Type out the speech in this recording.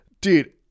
Dude